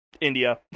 India